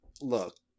look